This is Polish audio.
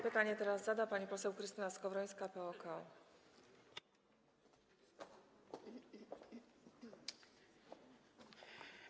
Pytanie teraz zada pani poseł Krystyna Skowrońska, PO-KO.